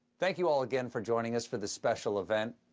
thank you all again for joining us for this special event.